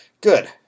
Good